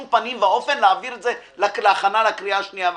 פנים ואופן להעביר את זה להכנה לקריאה השנייה והשלישית.